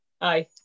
Aye